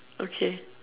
okay